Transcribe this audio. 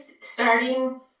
starting